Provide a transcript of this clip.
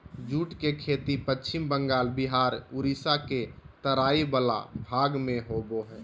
jute के खेती पश्चिम बंगाल बिहार उड़ीसा के तराई वला भाग में होबो हइ